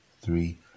three